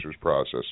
process